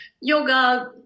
yoga